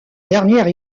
dernière